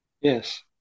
Yes